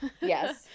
Yes